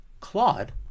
Claude